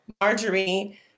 Marjorie